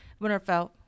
Winterfell